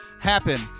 Happen